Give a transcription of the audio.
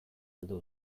galdu